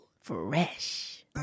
Fresh